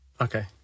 Okay